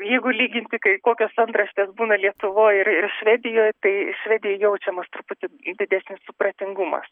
jeigu lyginti kai kokios antraštės būna lietuvoj ir ir švedijoj tai švedijoj jaučiamas truputį didesnis supratingumas